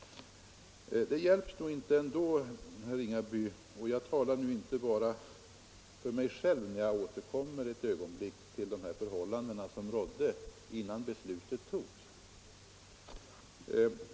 Jag återkommer, herr Ringaby, ett ögonblick till de förhållanden som rådde innan beslutet togs.